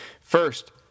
First